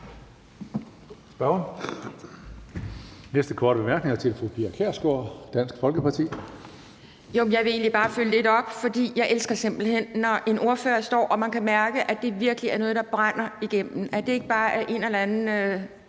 Næste korte bemærkning er til fru Pia Kjærsgaard, Dansk Folkeparti. Kl. 19:58 Pia Kjærsgaard (DF): Jeg vil egentlig bare følge lidt op, for jeg elsker simpelt hen, når en ordfører står og taler og man kan mærke, at det virkelig er noget, man brænder for, og at det ikke bare er en eller anden